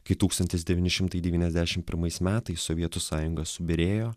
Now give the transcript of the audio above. kai tūkstantis devyni šimtai devyniasdešim pirmais metais sovietų sąjunga subyrėjo